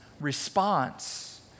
response